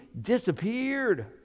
disappeared